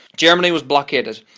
germany was blockaded.